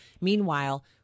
Meanwhile